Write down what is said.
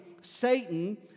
Satan